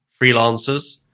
freelancers